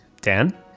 Dan